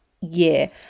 year